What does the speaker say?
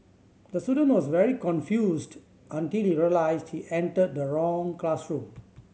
the student was very confused until he realised he entered the wrong classroom